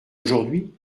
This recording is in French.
aujourd’hui